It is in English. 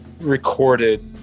recorded